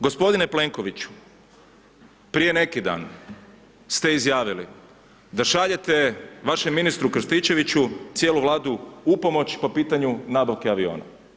Gospodine Plenkoviću, prije neki dan ste izjavili da šaljete vašem ministru Krstičeviću cijelu Vladu u pomoć po pitanju nabavke aviona.